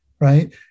right